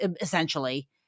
essentially